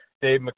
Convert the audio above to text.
Dave